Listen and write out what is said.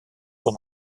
von